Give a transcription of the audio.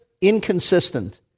inconsistent